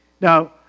Now